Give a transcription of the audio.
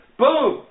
boom